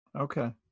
Okay